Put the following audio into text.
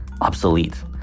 obsolete